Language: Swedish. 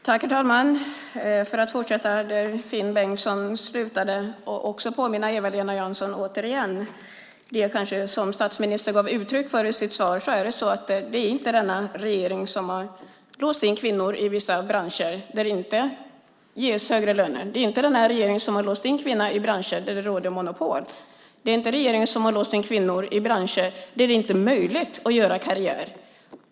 Herr talman! Jag fortsätter där Finn Bengtsson slutade och påminner återigen Eva-Lena Jansson om det som statsministern gav uttryck för i sitt svar: Det är inte denna regering som har låst in kvinnor i vissa branscher där det inte ges högre löner. Det är inte denna regering som har låst in kvinnor i branscher där det råder monopol. Det är inte denna regering som har låst in kvinnor i branscher där det inte är möjligt att göra karriär.